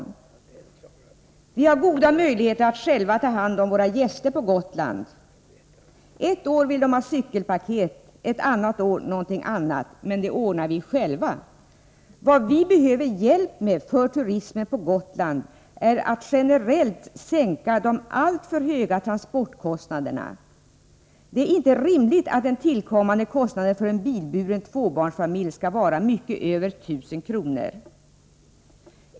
På Gotland har vi goda möjligheter att själva ta hand om turisterna. Ett år vill de ha cykelpaket. Ett annat år vill de ha någonting annat. Men det ordnar vi själva. När det gäller turismen på Gotland behöver vi dock hjälp med att få till stånd en generell sänkning av de alltför höga transportkostnaderna. Det är inte rimligt att den tillkommande transportkostnaden för en bilburen tvåbarnsfamilj skall vara mycket över 1 000 kr.